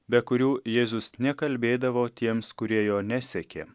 be kurių jėzus nekalbėdavo tiems kurie jo nesekė